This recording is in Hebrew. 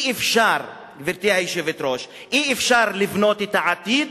גברתי היושבת-ראש, אי-אפשר לבנות את העתיד